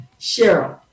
Cheryl